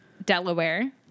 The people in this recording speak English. Delaware